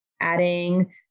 adding